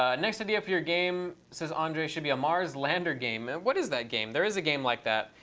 ah next idea for your game, says andre, should be a mars lander game. what is that game? there is a game like that.